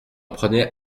prenais